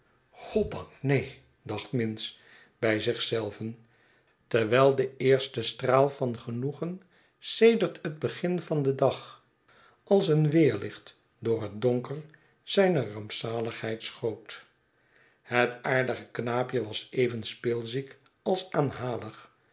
goddank neen dacht minns bij zich zelven terwijl de eerste straal van genoegen sedert het begin van den dag als een weerlicht door het donker zijner rampzaligheid schoot het aardige knaapje was even speelziek als aanhalig